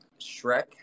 Shrek